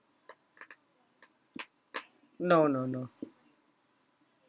no no no